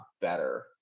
better